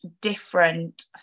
different